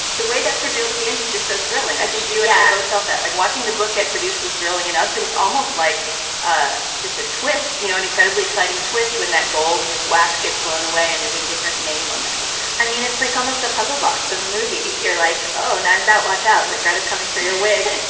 the way that's revealed at the end is just so thrilling. i think you and i both felt that like watching the book get produced was thrilling enough, but it's almost like just a twist. you know, an incredibly exciting twist when that gold wax gets blown away and there's a different name on the cover. i mean, it's like almost a puzzle box of a movie. you're like, oh, and i was out. watch out like, greg is coming for your wig.